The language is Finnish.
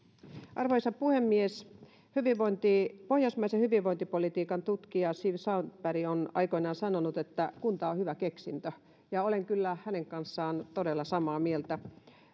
arvoisa puhemies pohjoismaisen hyvinvointipolitiikan tutkija siv sandberg on aikoinaan sanonut että kunta on hyvä keksintö ja olen kyllä hänen kanssaan todella samaa mieltä